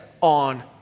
on